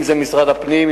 אם זה משרד הפנים,